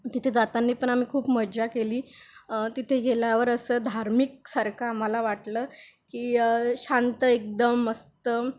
तिथे जाताना पण आम्ही खूप मजा केली तिथे गेल्यावर असं धार्मिकसारखं आम्हाला वाटलं की शांत एकदम मस्त